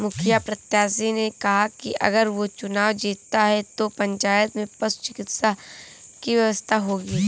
मुखिया प्रत्याशी ने कहा कि अगर वो चुनाव जीतता है तो पंचायत में पशु चिकित्सा की व्यवस्था होगी